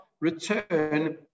return